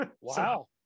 Wow